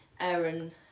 Aaron